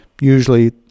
usually